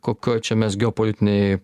kokioj čia mes geopolitinėj